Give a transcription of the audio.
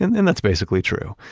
and that's basically true.